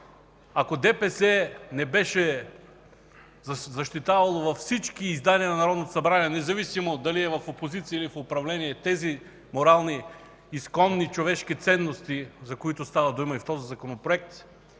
Ако ДПС не беше защитавало във всички издания на Народното събрание – независимо дали е в опозиция, или в управление, тези морални изконни човешки ценности, за които става дума и в този законопроект,